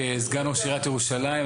כסגן ראש עיריית ירושלים,